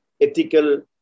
ethical